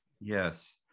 Yes